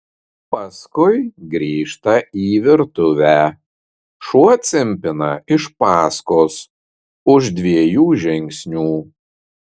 paskui grįžta į virtuvę šuo cimpina iš paskos už dviejų žingsnių